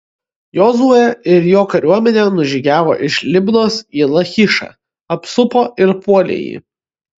jozuė ir jo kariuomenė nužygiavo iš libnos į lachišą apsupo ir puolė jį